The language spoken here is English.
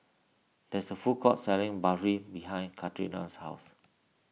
there is a food court selling Barfi behind Karina's house